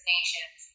Nations